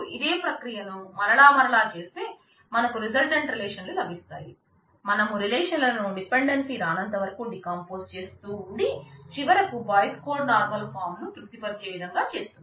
కావున A→ AB అనేది మొత్తం రిలేషన్ ను తృప్తి పరిచే విధంగా చేస్తుంది